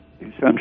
Essentially